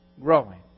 growing